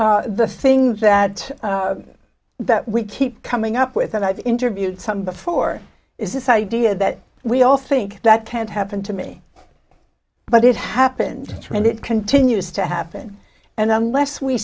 the things that that we keep coming up with and i've interviewed some before is this idea that we all think that can't happen to me but it happened and it continues to happen and unless we